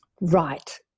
right